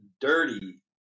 dirty